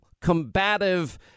combative